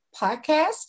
podcast